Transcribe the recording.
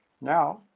Now